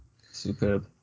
Superb